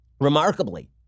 Remarkably